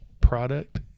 product